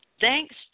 thanks